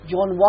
John